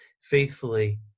faithfully